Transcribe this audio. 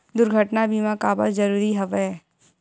दुर्घटना बीमा काबर जरूरी हवय?